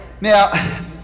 Now